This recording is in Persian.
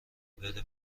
بره